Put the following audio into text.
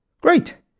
Great